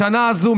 בשנה הזו,